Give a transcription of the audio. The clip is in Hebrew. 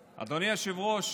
היושב-ראש,